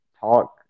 talk